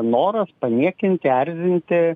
noras paniekinti erzinti